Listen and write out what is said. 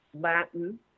Latin